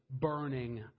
burning